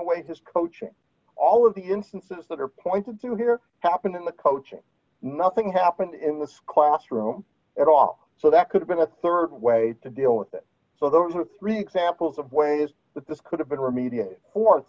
away his coaching all of the instances that are pointed to here happened in the coaching nothing happened in the squash room it off so that could have been a rd way to deal with it so those are three examples of ways that this could have been remediated forth